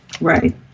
Right